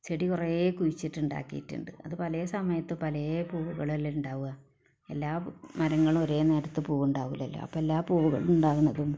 ചെടി കുറെ കുഴിച്ചിട്ട് ഉണ്ടാക്കിയിട്ടുണ്ട് അത് പല സമയത്തും പല പൂവ്വ്കള് അല്ലേ ഉണ്ടാവുക എല്ലാ മരങ്ങള് ഒരേ നേരത്ത് പൂവ് ഉണ്ടാവില്ലല്ലൊ അപ്പോൾ എല്ലാ പൂവുകളും ഉണ്ടാകുന്നൊരു